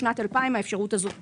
בשנת 2000 האפשרות הזאת בוטלה.